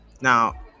now